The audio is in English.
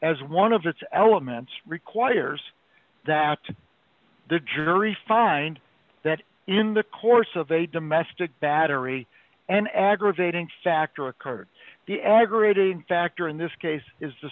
as one of its elements requires that the jury find that in the course of a domestic battery an aggravating factor occurred the aggravating factor in this case is the